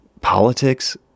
politics